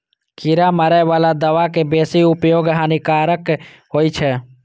कीड़ा मारै बला दवा के बेसी उपयोग हानिकारक होइ छै